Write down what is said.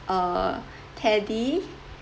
uh teddy